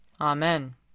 Amen